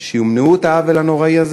שימנעו את העוול הנורא הזה?